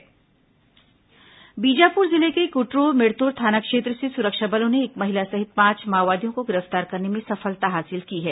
माओवादी गिरफ्तार बीजापुर जिले के कुटरू मिरतुर थाना क्षेत्र से सुरक्षा बलों ने एक महिला सहित पांच माओवादियों को गिरफ्तार करने में सफलता हासिल की है